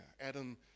Adam